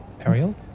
Ariel